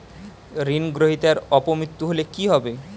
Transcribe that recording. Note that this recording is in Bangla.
ঋণ গ্রহীতার অপ মৃত্যু হলে কি হবে?